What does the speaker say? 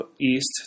east